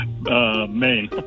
Maine